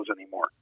anymore